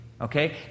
Okay